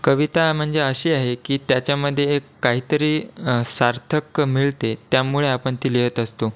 कविता म्हणजे अशी आहे की त्याच्यामध्ये एक काहीतरी सार्थक मिळते त्यामुळे आपण ती लिहीत असतो